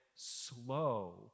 slow